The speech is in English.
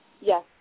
Yes